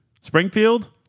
Springfield